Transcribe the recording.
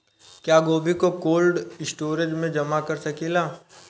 क्या गोभी को कोल्ड स्टोरेज में जमा कर सकिले?